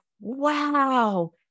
wow